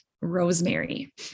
rosemary